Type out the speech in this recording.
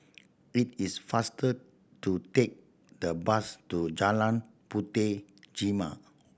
it is faster to take the bus to Jalan Puteh Jerneh